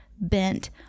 bent